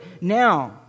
now